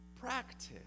practice